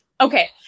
Okay